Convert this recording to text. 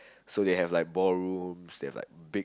so they have like ballrooms they like big